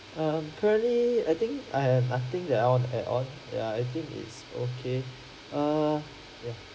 um currently I think I have nothing to add on to add on err I think it's okay err